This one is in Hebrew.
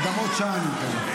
כן,